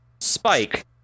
Spike